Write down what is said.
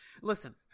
listen